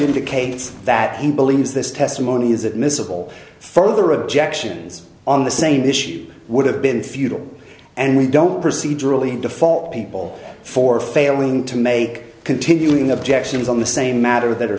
indicates that he believes this testimony is admissible further objections on the same issue would have been futile and we don't procedurally default people for failing to make continuing objections on the same matter that are